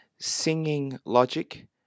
singinglogic